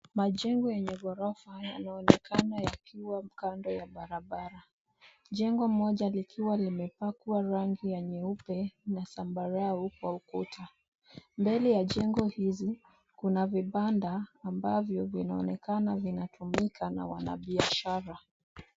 Majengo yenye ghorofa yanaonekana yakiwa kando ya barabara. Jengo moja likiwa limepakwa rangi ya nyeupe na zambarau kwa ukuta. Mbele ya jengo hizi kuna vibanda ambavyo vinaonekana vinatumika na wanabiashara.